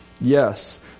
yes